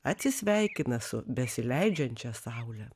atsisveikina su besileidžiančia saule